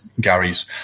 Gary's